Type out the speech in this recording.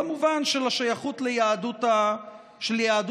במובן של השייכות של יהדות התפוצות.